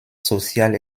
social